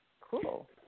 Cool